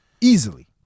easily